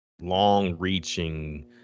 long-reaching